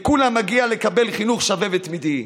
לכולם מגיע לקבל חינוך שווה ותמידי.